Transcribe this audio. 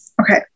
Okay